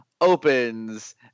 opens